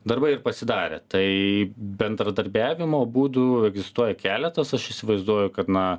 darbai ir pasidarė tai bendradarbiavimo būdų egzistuoja keletas aš įsivaizduoju kad na